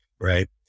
Right